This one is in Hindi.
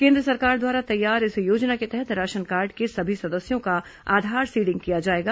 केन्द्र सरकार द्वारा तैयार इस योजना के तहत राशनकार्ड के सभी सदस्यों का आधार सीडिंग किया जाएगा